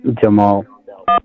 Jamal